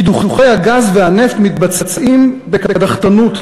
קידוחי הגז והנפט מתבצעים בקדחתנות,